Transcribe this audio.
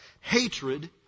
Hatred